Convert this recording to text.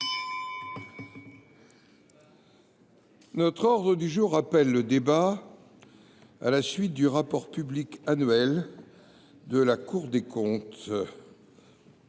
L’ordre du jour appelle le débat à la suite du dépôt du rapport public annuel de la Cour des comptes.